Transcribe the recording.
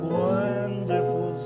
wonderful